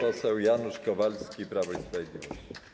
Pan poseł Janusz Kowalski, Prawo i Sprawiedliwość.